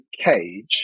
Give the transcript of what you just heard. cage